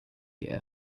gear